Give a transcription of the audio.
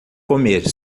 comer